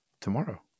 Tomorrow